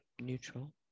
neutral